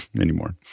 anymore